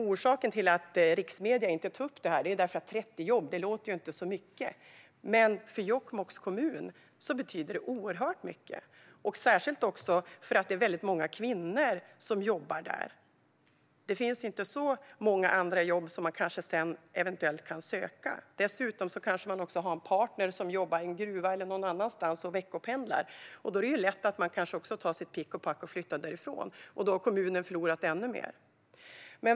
Orsaken till att riksmedierna inte tog upp detta är att 30 jobb inte låter så mycket, men för Jokkmokks kommun betyder det oerhört mycket - särskilt också för att det är många kvinnor som jobbar där. Det finns inte så många andra jobb som man eventuellt kan söka. Dessutom kanske man har en partner som jobbar i en gruva eller någon annanstans och veckopendlar, och då är det lätt att ta sitt pick och pack och flytta därifrån. Då har kommunen förlorat ännu mer.